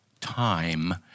time